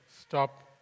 Stop